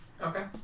Okay